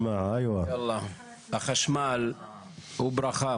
החשמל הוא ברכה.